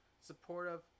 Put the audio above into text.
supportive